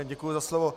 Děkuji za slovo.